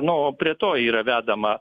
na o prie to yra vedama